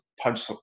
punch